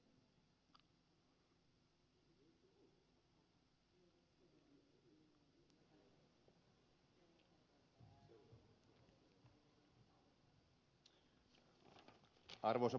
arvoisa puhemies